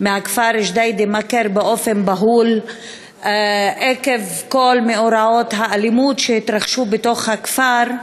מהכפר ג'דיידה-מכר עקב כל מאורעות האלימות שהתרחשו בתוך הכפר,